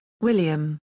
William